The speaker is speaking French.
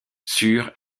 sur